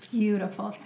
beautiful